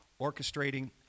orchestrating